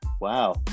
Wow